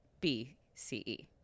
B-C-E